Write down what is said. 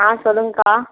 ஆ சொல்லுங்கக்கா